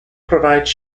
provides